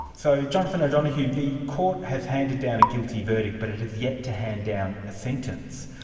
so, jonathan o'donohue, the court has handed down a guilty verdict, but it is yet to hand down a sentence.